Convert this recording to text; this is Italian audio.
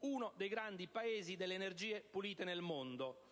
uno dei grandi Paesi delle energie pulite nel mondo.